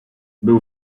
był